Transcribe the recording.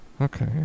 Okay